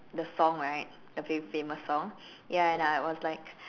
the song right the fa~ famous song ya and I was like